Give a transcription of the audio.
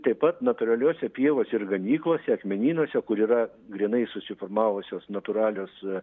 taip pat natūraliose pievose ir ganyklose akmenynuose kur yra grynai susiformavusios natūralios